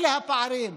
אלה הפערים,